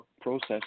process